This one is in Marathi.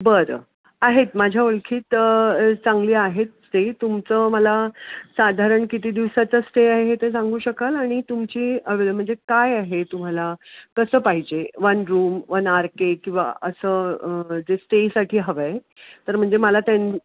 बरं आहेत माझ्या ओळखीत चांगली आहेत ते तुमचं मला साधारण किती दिवसाचं स्टे आहे हे ते सांगू शकाल आणि तुमची अवेलेब म्हणजे काय आहे तुम्हाला कसं पाहिजे one room one R K किंवा असं जे स्टेसाठी हवं आहे तर म्हणजे मला त्यां